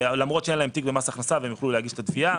למרות שאין להם תיק במס הכנסה והם יוכלו להגיש את התביעה.